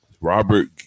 Robert